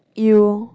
you